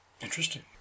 interesting